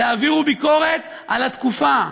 תעבירו ביקורת על התקופה,